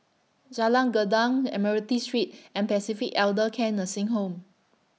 Jalan Gendang Admiralty Street and Pacific Elder Care Nursing Home